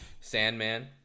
Sandman